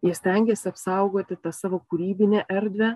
jie stengiasi apsaugoti tą savo kūrybinę erdvę